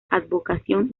advocación